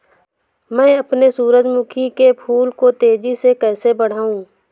मैं अपने सूरजमुखी के फूल को तेजी से कैसे बढाऊं?